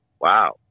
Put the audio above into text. wow